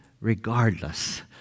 regardless